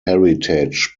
heritage